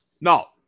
No